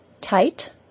tight